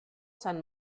san